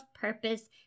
purpose